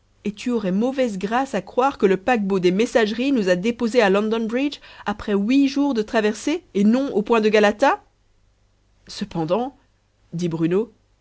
et tu aurais mauvaise grâce à croire que le paquebot des messageries nous a déposés à london bridge après huit jours de traversée et non au pont de galata cependant dit bruno